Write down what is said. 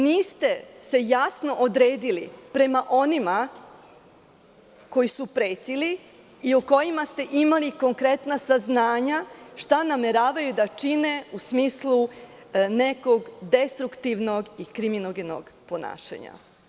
Niste se jasno odredili prema onima koji su pretili i o kojima ste imali konkretna saznanja šta nameravaju da čine u smislu nekog destruktivnog i kriminogenog ponašanja.